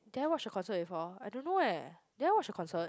did I watch a concert before I don't know eh did I watch a concert